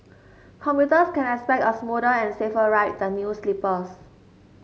commuters can expect a smoother and safer ride with the new sleepers